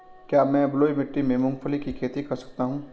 क्या मैं बलुई मिट्टी में मूंगफली की खेती कर सकता हूँ?